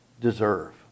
deserve